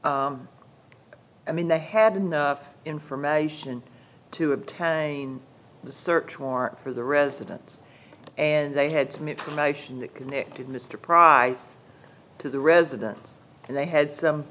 t i mean the had enough information to obtain the search warrant for the residence and they had some information that connected mr price to the residence and they had some